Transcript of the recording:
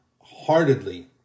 heartedly